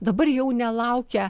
dabar jau nelaukia